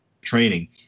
training